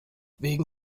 wegen